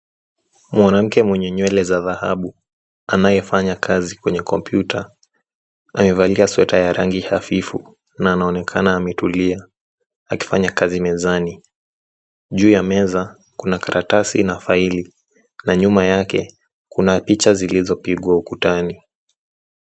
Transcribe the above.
Mwanamke mwenye nywele za dhahabu, anayefanya kazi kwenye kompyuta. Amevalia sweta ya rangi hafifu na ameonekana ametulia akifanya kazi mezani. Juu ya meza kuna karatasi na faili na nyuma yake kuna picha zilizopigwa ukutani.